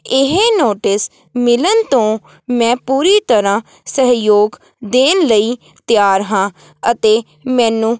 ਇਹ ਨੋਟਿਸ ਮਿਲਣ ਤੋਂ ਮੈਂ ਪੂਰੀ ਤਰ੍ਹਾ ਸਹਿਯੋਗ ਦੇਣ ਲਈ ਤਿਆਰ ਹਾਂ ਅਤੇ ਮੈਨੂੰ